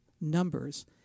numbers